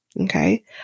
Okay